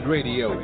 Radio